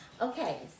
Okay